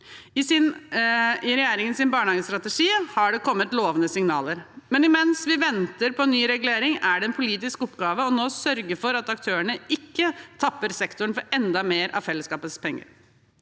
I regjeringens barnehagestrategi har det kommet lovende signaler, men mens vi venter på ny regulering er det en politisk oppgave å nå sørge for at aktørene ikke tapper sektoren for enda mer av fellesskapets penger.